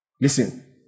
Listen